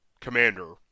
commander